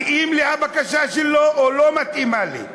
מתאימה לי הבקשה שלו או לא מתאימה לי.